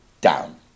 down